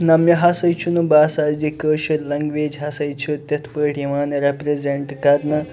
نہٕ مےٚ ہسا چھُنہٕ باسان زِ کٲشِر لَنٛگویج ہسا چھِ تِتھ پٲٹھۍ یِوان رٮ۪پِرٛزنٛٹ کرنہٕ